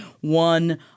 one